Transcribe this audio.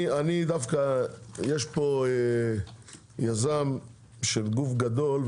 יש פה יזם של גוף גדול,